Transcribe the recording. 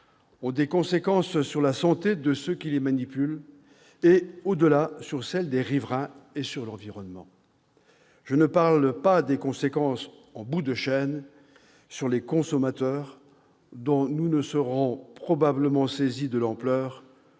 ont des conséquences sur la santé de ceux qui les manipulent et, au-delà, sur celle des riverains et sur l'environnement. Je ne parle pas des conséquences, en bout de chaîne, sur les consommateurs, dont nous ne serons probablement saisis de l'ampleur